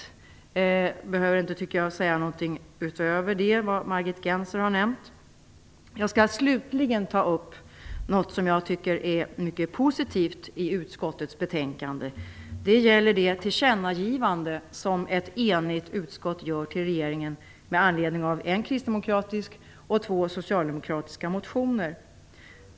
Jag tycker inte att jag behöver säga någonting utöver vad Margit Gennser har nämnt. Jag skall slutligen ta upp någonting som jag tycker är mycket positivt i utskottets betänkande. Det gäller det tillkännagivande som ett enigt utskott gör till regeringen med anledning av en kristdemokratisk och två socialdemokratiska motioner.